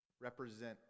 represent